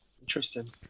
Interesting